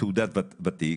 תעודת ותיק,